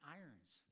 irons